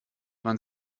man